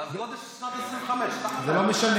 מס גודש זה 2025, זה לא משנה.